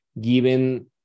given